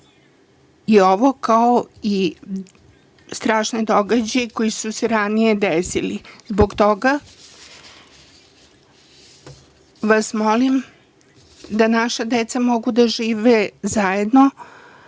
i ovo, kao i strašne događaje koji su se ranije desili. Zbog toga vas molim da naša deca mogu da žive zajedno,